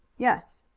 yes.